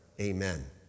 Amen